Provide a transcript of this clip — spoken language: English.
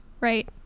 right